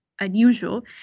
unusual